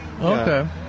Okay